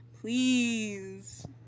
please